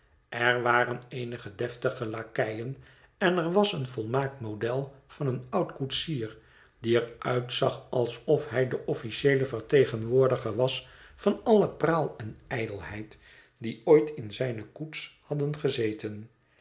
er waren eenige deftige lakeien en er was een volmaakt model van een oud koetsier die er uitzag alsof hij de officieele vertegenwoordiger was van alle praal en ijdelheid die ooit in zijne koets hadden gezeten